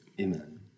Amen